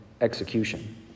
execution